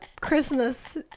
christmas